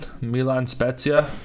Milan-Spezia